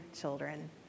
children